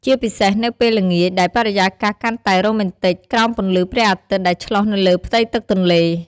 ជាពិសេសនៅពេលល្ងាច ដែលបរិយាកាសកាន់តែរ៉ូមែនទិកក្រោមពន្លឺព្រះអាទិត្យដែលឆ្លុះនៅលើផ្ទៃទឹកទន្លេ។